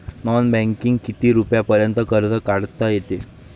Non बँकिंगनं किती रुपयापर्यंत कर्ज काढता येते?